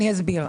אני אסביר.